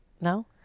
No